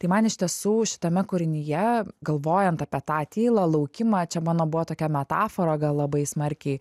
tai man iš tiesų šitame kūrinyje galvojant apie tą tylą laukimą čia mano buvo tokia metafora gal labai smarkiai